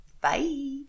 bye